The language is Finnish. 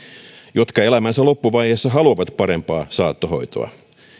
jotka elämänsä loppuvaiheessa haluavat parempaa saattohoitoa